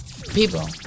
people